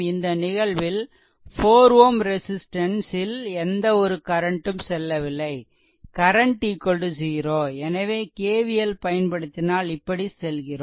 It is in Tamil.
இந்த நிகழ்வில் 4 Ω ரெசிஸ்ட்டன்ஸ் ல் எந்த ஒரு கரண்ட் ம் செல்லவில்லை கரண்ட் 0எனவே KVL பயன்படுத்தினால் இப்படி செல்கிறோம்